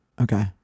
Okay